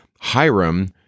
Hiram